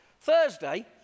Thursday